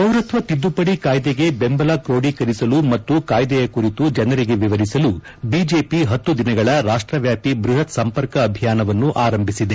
ಪೌರತ್ವ ತಿದ್ದುಪಡಿ ಕಾಯಿದೆಗೆ ಬೆಂಬಲ ಕ್ರೋಡೀಕರಿಸಲು ಮತ್ತು ಕಾಯ್ದೆಯ ಕುರಿತು ಜನರಿಗೆ ವಿವರಿಸಲು ಬಿಜೆಪಿ ಹತ್ತು ದಿನಗಳ ರಾಷ್ಟವ್ಯಾಪ್ತಿ ಬೃಹತ್ ಸಂಪರ್ಕ ಅಭಿಯಾನವನ್ನು ಆರಂಭಿಸಿದೆ